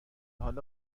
حالا